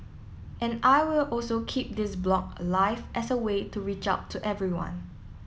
and I will also keep this blog alive as a way to reach out to everyone